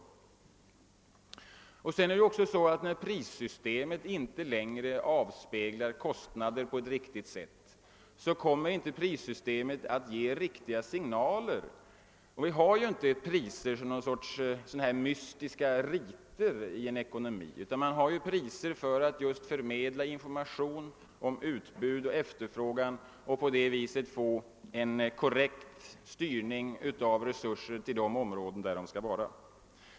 Vidare förhåller det sig så, att när prissystemet inte längre avspeglar kostnaderna på ett riktigt sätt, så ger systemet inte riktiga signaler. Vi har ju inte priser som något slags mystiska riter i en ekonomi, utan vi har priser just för att förmedla information om utbud och efterfrågan och därigenom åstadkomma en korrekt styrning av resurser till de områden där de skall vara.